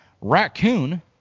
raccoon